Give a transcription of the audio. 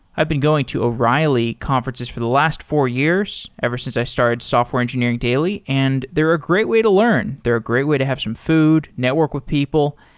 i've been going to o'reilly conferences for the last four years ever since i started software engineering daily, and they're a great way to learn. they're a great way to have some food, network with people.